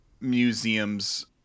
museums